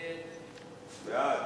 ההצעה להעביר